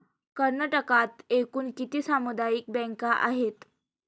कर्नाटकात एकूण किती सामुदायिक बँका आहेत?